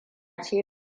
ce